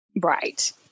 Right